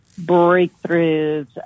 breakthroughs